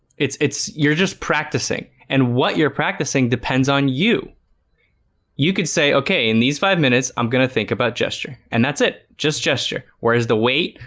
it's it's you're just practicing and what you're practicing depends on you you could say okay in these five minutes. i'm gonna think about gesture and that's it. just gesture. where is the weight?